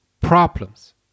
problems